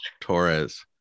Torres